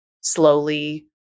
slowly